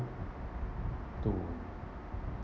to